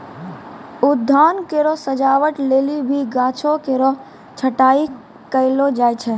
उद्यान केरो सजावट लेलि भी गाछो केरो छटाई कयलो जाय छै